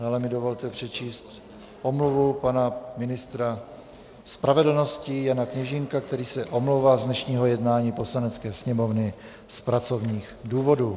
Dále mi dovolte přečíst omluvu pana ministra spravedlnosti Jana Kněžínka, který se omlouvá z dnešního jednání Poslanecké sněmovny z pracovních důvodů.